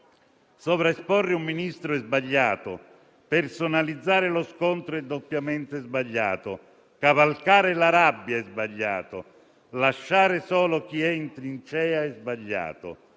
Sovraesporre un Ministro è sbagliato; personalizzare lo scontro è doppiamente sbagliato; cavalcare la rabbia è sbagliato; lasciare solo chi è in trincea è sbagliato.